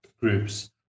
groups